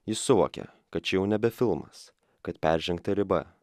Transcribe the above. jis suvokia kad čia jau nebe filmas kad peržengta riba